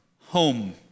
home